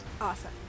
Awesome